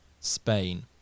Spain